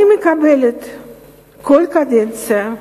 אני מקבלת כל קדנציה,